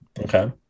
Okay